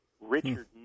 Richard